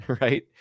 right